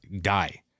die